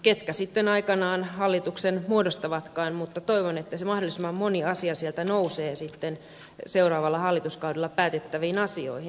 ketkä sitten aikanaan hallituksen muodostavatkaan toivon että mahdollisimman moni asia selonteosta nousee sitten seuraavalla hallituskaudella päätettäviin asioihin